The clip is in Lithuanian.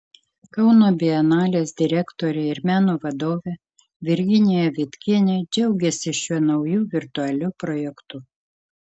kauno bienalės direktorė ir meno vadovė virginija vitkienė džiaugiasi šiuo nauju virtualiu projektu